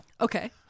okay